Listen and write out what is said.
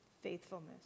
Faithfulness